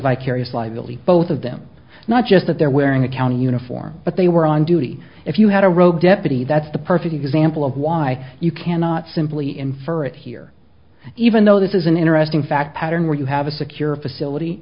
vicarious liability both of them not just that they're wearing a county uniform but they were on duty if you had a road deputy that's the perfect example of why you cannot simply infer it here even though this is an interesting fact pattern where you have a secure facility